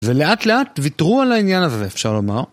ולאט-לאט ויתרו על העניין הזה, אפשר לומר.